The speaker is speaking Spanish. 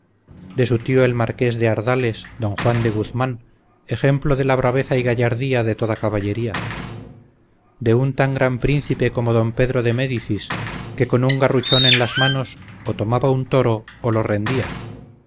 de su tío el marqués de ardales don juan de guzmán ejemplo de la braveza y gallardía de toda caballería de un tan gran príncipe como don pedro de médicis que con un garruchón en las manos o tomaba un toro o lo rendía